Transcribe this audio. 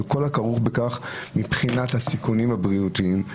על כך הכרוך בכך מבחינת הסיכונים הבריאותיים,